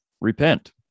Repent